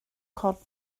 cod